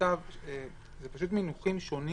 זה מינוחים שונים